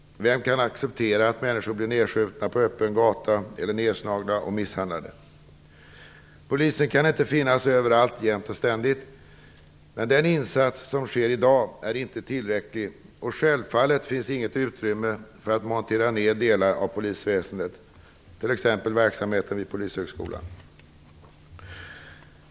Vem kan acceptera att människor blir nerskjutna på öppen gata, nerslagna och misshandlade? Polisen kan inte finnas överallt jämt och ständigt, men den insats som görs i dag är inte tillräcklig. Självfallet finns det inget utrymme för att montera ner delar av polisväsendet, t.ex. verksamheten vid Polishögskolan.